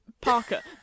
Parker